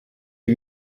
die